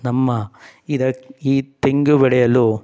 ನಮ್ಮ ಇದಕ್ಕೆ ಈ ತೆಂಗು ಬೆಳೆಯಲು